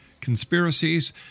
Conspiracies